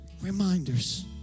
reminders